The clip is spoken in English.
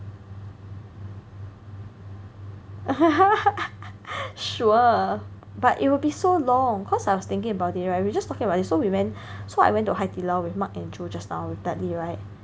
sure but it will be so long cause I was thinking about it right we were just talking about this so we went so I went to HaiDiLao with Mark and Joe just now with Dudley right